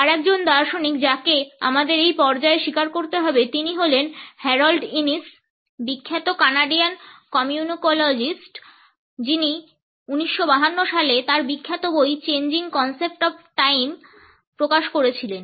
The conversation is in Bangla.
আর একজন দার্শনিক যাকে আমাদের এই পর্যায়ে স্বীকার করতে হবে তিনি হলেন হ্যারল্ড ইনিস বিখ্যাত কানাডিয়ান কমিউনিকোলজিস্ট যিনি 1952 সালে তার বিখ্যাত বই চেঞ্জিং কনসেপ্টস অফ টাইম প্রকাশ করেছিলেন